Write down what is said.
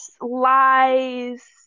lies